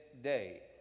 day